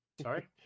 Sorry